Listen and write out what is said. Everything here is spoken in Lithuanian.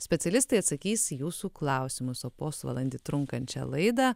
specialistai atsakys į jūsų klausimus o posvalandį trunkančią laidą